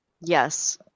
Yes